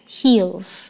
heals